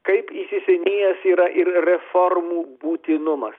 kaip įsisenėjas yra ir reformų būtinumas